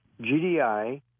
GDI